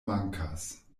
mankas